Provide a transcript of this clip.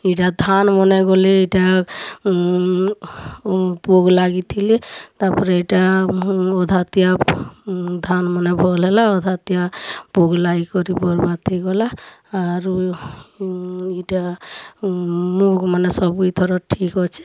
ଏଟା ଧାନ୍ ମନେ ଗଲେ ଏଟା ପୋକ ଲାଗିଥିଲେ ତା'ପରେ ଏଟା ଅଦ୍ଧାତିଆ ଧାନ୍ ମାନେ ଭଲ ହେଲା ଅଧାତିଆ ପୋକ୍ ଲାଗିକରି ବରବାଦ ହେଇଗଲା ଆରୁ ଇଟା ମୁଗ ମାନେ ସବୁ ଇଥର୍ ଠିକ୍ ଅଛେ